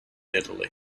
italy